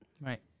Right